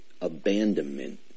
abandonment